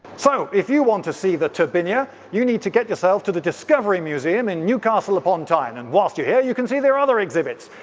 so if you want to see the turbinia, you need to get yourself to the discovery museum in newcastle upon tyne. and whilst you're here you can see their other exhibits.